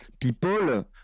people